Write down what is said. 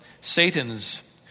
Satan's